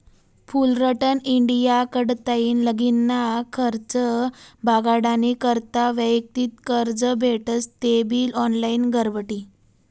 Fullerton India कडताईन लगीनना खर्च भागाडानी करता वैयक्तिक कर्ज भेटस तेबी ऑनलाईन घरबठी